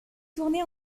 tourné